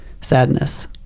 sadness